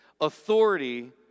authority